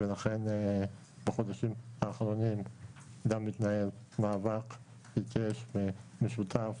מיליארד שקלים ולכן בחודשים האחרונים גם התנהל מאבק עיקש ומשותף